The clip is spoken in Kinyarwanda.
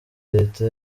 leta